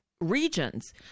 regions